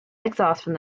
exhaust